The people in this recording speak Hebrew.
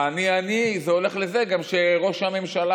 האני אני הולך גם לזה גם שראש הממשלה